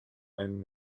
einen